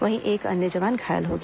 वहीं एक अन्य जवान घायल हो गया